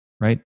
right